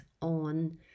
on